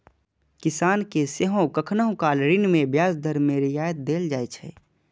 किसान कें सेहो कखनहुं काल ऋण मे ब्याज दर मे रियायत देल जाइ छै